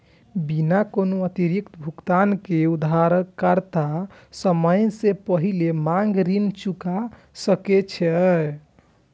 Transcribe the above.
बिना कोनो अतिरिक्त भुगतान के उधारकर्ता समय सं पहिने मांग ऋण चुका सकै छै